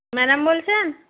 madam বলছেন